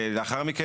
לאחר מכן,